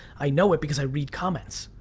i know it because i read comments.